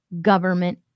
government